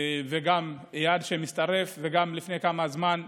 וגם איאד הצטרף לפני כמה זמן.